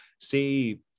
say